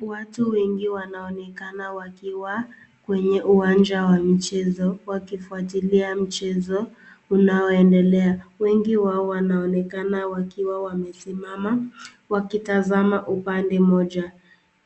Watu wengi wanaonekana wakiwa kwenye uwanja wa michezo wakifuatilia mchezo unaoendelea. Wengi wao wanaonekana wakiwa wamesimama wakitazama upande mmoja,